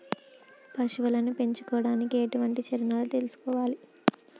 పశువుల్ని పెంచనీకి ఎట్లాంటి చర్యలు తీసుకోవాలే?